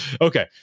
Okay